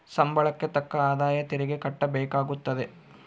ಸಂಬಳಕ್ಕೆ ತಕ್ಕ ಆದಾಯ ತೆರಿಗೆ ಕಟ್ಟಬೇಕಾಗುತ್ತದೆ